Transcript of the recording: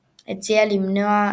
ביותר מבחינה כלכלית.